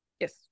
Yes